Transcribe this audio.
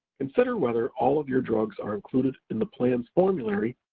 consider whether all of your drugs are included in the plan's formulary,